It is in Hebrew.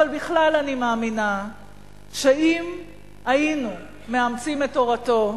אבל בכלל, אני מאמינה שאם היינו מאמצים את תורתו,